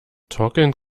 torkelnd